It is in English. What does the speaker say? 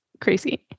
crazy